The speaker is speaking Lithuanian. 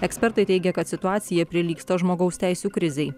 ekspertai teigia kad situacija prilygsta žmogaus teisių krizei